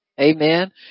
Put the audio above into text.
Amen